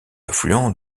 affluent